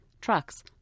trucks